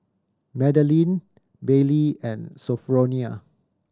Madaline Baylie and Sophronia